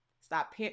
Stop